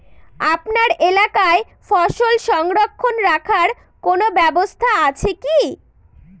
আপনার এলাকায় ফসল সংরক্ষণ রাখার কোন ব্যাবস্থা আছে কি?